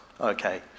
Okay